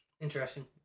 Interesting